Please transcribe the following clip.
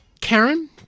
Karen